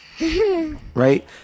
right